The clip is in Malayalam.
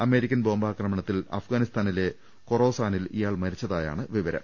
അമേ രിക്കൻ ബോംബാക്രമണത്തിൽ അഫ്ഗാനിസ്ഥാനിലെ കൊറോസാനിൽ ഇയാൾ മരിച്ചതായാണ് വിവരം